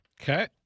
Okay